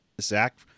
Zach